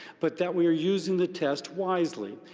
but that we're using the test wisely.